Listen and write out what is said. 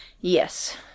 yes